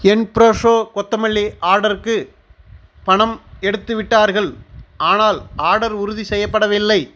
என் Fresho கொத்தமல்லி ஆர்டருக்கு பணம் எடுத்துவிட்டார்கள் ஆனால் ஆர்டர் உறுதி செய்யப்படவில்லை